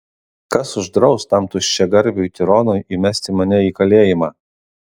kas uždraus tam tuščiagarbiui tironui įmesti mane į kalėjimą